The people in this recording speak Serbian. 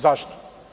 Zašto?